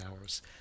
hours